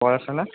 পড়াশোনা